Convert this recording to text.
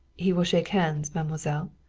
he will shake hands, mademoiselle.